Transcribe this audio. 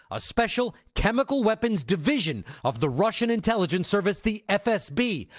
a special chemical weapons division of the russian intelligence service, the fsb,